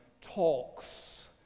talks